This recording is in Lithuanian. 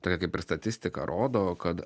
tokia kaip ir statistika rodo kad